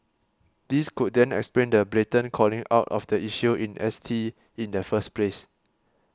this could then explain the blatant calling out of the issue in S T in the first place